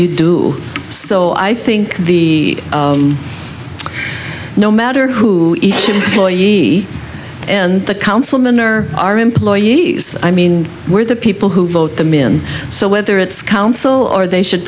you do so i think the no matter who each employee and the councilman or our employees i mean we're the people who vote them in so whether it's council or they should